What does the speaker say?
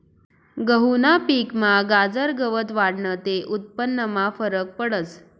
गहूना पिकमा गाजर गवत वाढनं ते उत्पन्नमा फरक पडस